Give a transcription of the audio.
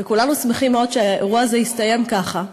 וכולנו שמחים מאוד שהאירוע הזה הסתיים ככה.